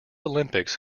olympics